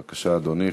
בבקשה, אדוני.